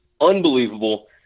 unbelievable